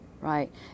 right